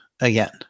again